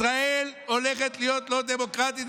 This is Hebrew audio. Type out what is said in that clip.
ישראל הולכת להיות לא דמוקרטית.